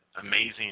amazing